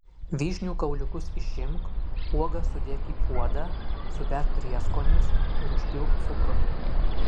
vyšnių kauliukus išimk uogas sudėk į puodą suberk prieskonius ir užpilk cukrumi